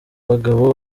bagabo